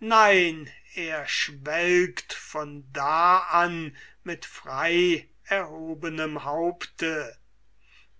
nein er schwelgt von da an mit frei erhobenem haupte